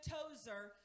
Tozer